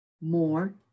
more